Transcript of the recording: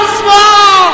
small